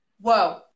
whoa